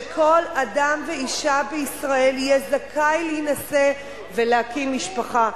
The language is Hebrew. שכל אדם ואשה בישראל יהיו זכאים להינשא ולהקים משפחה.